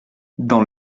dans